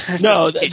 No